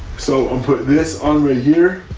so i'm putting this on right here.